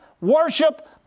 worship